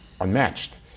unmatched